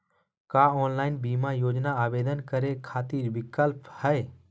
का ऑनलाइन बीमा योजना आवेदन करै खातिर विक्लप हई?